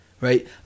right